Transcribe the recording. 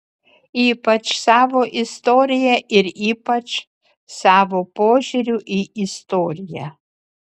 ypač savo istorija ir ypač savo požiūriu į istoriją